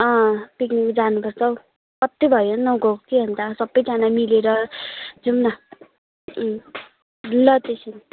अँ पिकनिक जानु पर्छ हौ कति भयो नगएको कि अन्त सबैजना मिलेर जाउँ न अँ ल त्यसो भने